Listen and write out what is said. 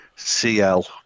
CL